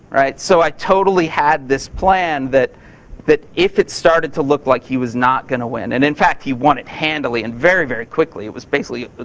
so i totally had this plan that that if it started to look like he was not gonna win, and in fact, he won it handily and very, very quickly. it was basically.